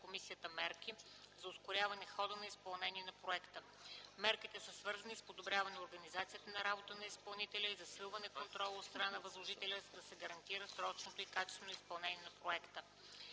комисията мерки за ускоряване хода на изпълнение на проекта. Мерките са свързани с подобряване организацията на работа на изпълнителя и засилване контрола от страна на възложителя, за да се гарантира срочното и качествено изпълнение на проекта.